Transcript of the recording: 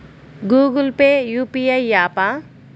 Google Pay UPI య్యాపా?